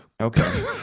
Okay